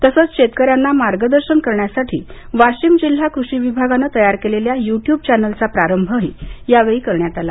तसंच शेतकऱ्यांना मार्गदर्शन करण्यासाठी वाशिम जिल्हा कृषि विभागाने तयार केलेल्या यु ट्यूब चॅनेलचा प्रारंभही यावेळी करण्यात आला